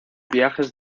viajes